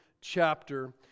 chapter